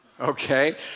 okay